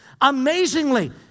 Amazingly